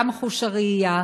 גם חוש הראייה,